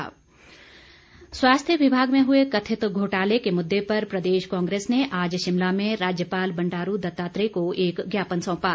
ज्ञापन स्वास्थ्य विभाग में हए कथित घोटाले के मुददे पर प्रदेश कांग्रेस ने आज शिमला में राज्यपाल बंडारू दत्तात्रेय को एक ज्ञापन सौंपा